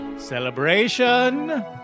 Celebration